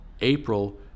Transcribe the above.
April